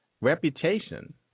reputation